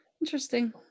Interesting